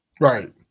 Right